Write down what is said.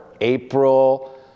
April